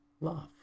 love